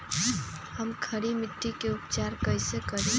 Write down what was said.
हम खड़ी मिट्टी के उपचार कईसे करी?